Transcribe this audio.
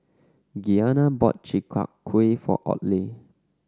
Gianna bought Chi Kak Kuih for Audley